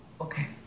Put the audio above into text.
Okay